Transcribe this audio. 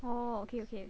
orh okay okay